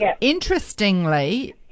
interestingly